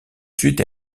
suite